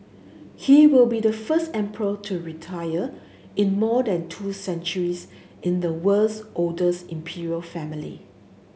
he will be the first emperor to retire in more than two centuries in the world's oldest imperial family